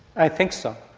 i think so.